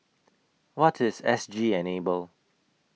What IS S G Enable